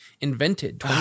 Invented